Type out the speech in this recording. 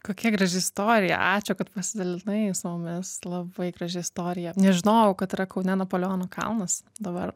kokia graži istorija ačiū kad pasidalinai su mumis labai graži istorija nežinojau kad yra kaune napoleono kalnas dabar